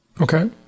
Okay